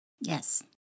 Yes